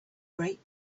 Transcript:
great